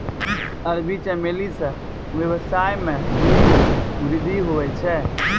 अरबी चमेली से वेवसाय मे भी वृद्धि हुवै छै